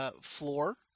floor